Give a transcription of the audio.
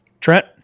Trent